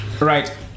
Right